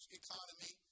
economy